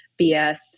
BS